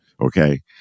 Okay